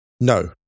No